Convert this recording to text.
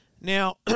Now